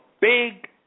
big